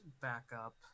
backup